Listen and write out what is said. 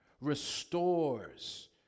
restores